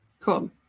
Cool